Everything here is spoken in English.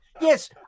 Yes